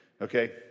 okay